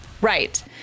Right